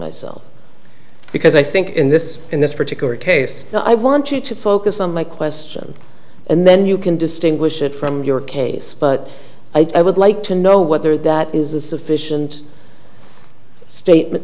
myself because i think in this in this particular case i want you to focus on my question and then you can distinguish it from your case but i would like to know whether that is a sufficient statement